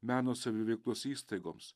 meno saviveiklos įstaigoms